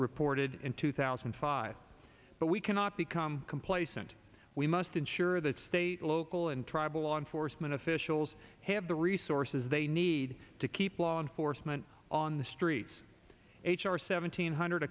reported in two thousand and five but we cannot become complacent we must ensure that state local and tribal law enforcement officials have the resources they need to keep law enforcement on the streets h r seventeen hundred